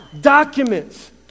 documents